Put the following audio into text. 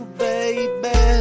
baby